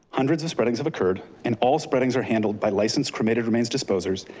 hundreds of spreadings have occurred and all spreadings are handled by licensed cremated remains disposers,